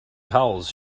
towels